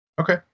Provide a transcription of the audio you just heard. Okay